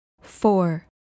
four